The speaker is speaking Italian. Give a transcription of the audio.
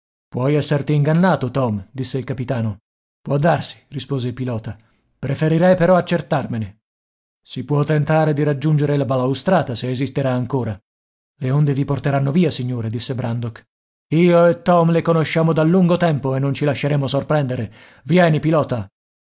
puoi esserti ingannato tom disse il capitano può darsi rispose il pilota preferirei però accertarmene si può tentare di raggiungere la balaustrata se esisterà ancora le onde vi porteranno via signore disse brandok io e tom le conosciamo da lungo tempo e non ci lasceremo sorprendere vieni pilota